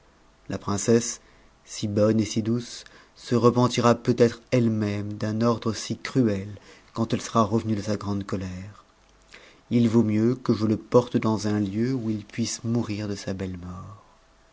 la princesse si bonne et si douce se repentira peut-être ellemême d'un ordre si crue quand elle sera revenue de sa grande colère il vaut mieux que je le porte dans un lieu où il puisse mourir de sa belle mort